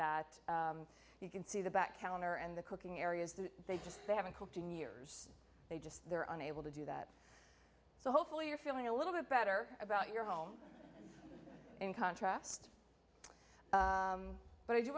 that you can see the back counter and the cooking areas that they just they haven't cooked in years they just they're unable to do that so hopefully you're feeling a little bit better about your home in contrast but if you